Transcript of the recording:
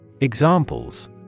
Examples